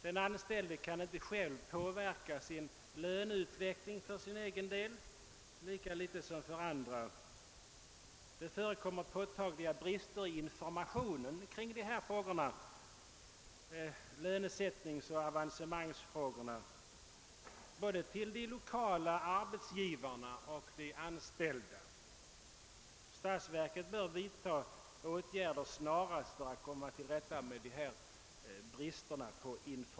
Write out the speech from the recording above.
Den anställde kan inte påverka löneutvecklingen för sin egen del lika litet som för andras. Det förekommer påtagliga brister i informationen kring lönesättningsoch avancemangsfrågorna både till de lokala arbetsgivarna och till de anställda. Statsverket bör snarast vidta åtgärder för att komma till rätta med dessa brister.